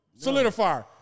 solidifier